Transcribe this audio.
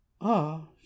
Ah